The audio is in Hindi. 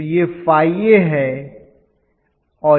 तो यह ϕ a है और यह रिज़ल्टन्ट होगा